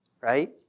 right